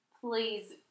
please